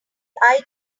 eye